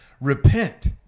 Repent